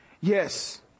Yes